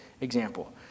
example